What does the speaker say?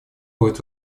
будет